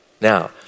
Now